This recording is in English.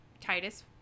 Titus